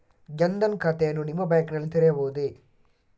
ಜನ ದನ್ ಖಾತೆಯನ್ನು ನಿಮ್ಮ ಬ್ಯಾಂಕ್ ನಲ್ಲಿ ತೆರೆಯಬಹುದೇ?